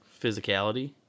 physicality